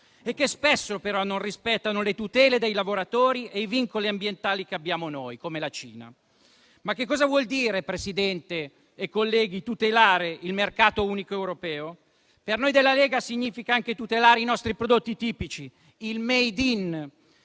o che spesso non rispettano le tutele dei lavoratori e i vincoli ambientali che abbiamo noi, come la Cina. Ma cosa vuol dire, Presidente e colleghi, tutelare il mercato unico europeo? Per noi della Lega significa anche tutelare i nostri prodotti tipici, il *made in*